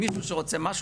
מישהו שרוצה משהו,